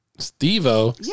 steve-o